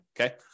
Okay